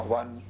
one